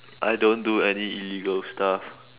I don't do any illegal stuff